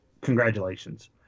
congratulations